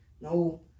no